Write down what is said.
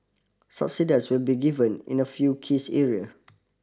subsidise will be given in a few kiss area